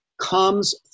comes